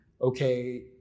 okay